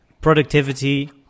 productivity